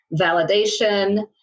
validation